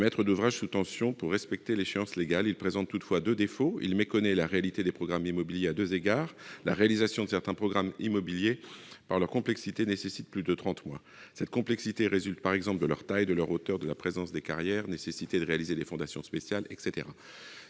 le maître d'ouvrage sous tension pour respecter l'échéance légale. Il présente toutefois deux défauts. Tout d'abord, il méconnaît la réalité des programmes immobiliers à deux égards. D'une part, la réalisation de certains programmes immobiliers, en raison de leur complexité, nécessite plus de trente mois. Cette complexité résulte, par exemple, de leur taille, de leur hauteur, de la présence de carrières, de la nécessité de réaliser des fondations spéciales ...